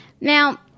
Now